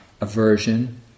aversion